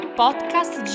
podcast